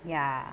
ya